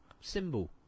symbol